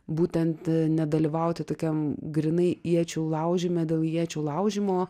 būtent nedalyvauti tokiam grynai iečių laužyme dėl iečių laužymo